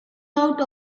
out